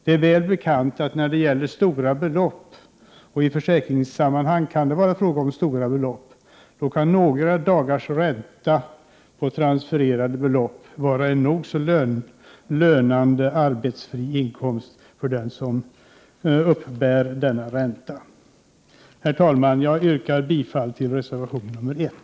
Det är väl bekant att när det gäller stora belopp — och i försäkringssammanhang kan det vara fråga om stora belopp — kan några dagars ränta på transfererade belopp vara en nog så lönande arbetsfri inkomst för dem som uppbär denna ränta. Herr talman! Jag yrkar bifall till reservation 1.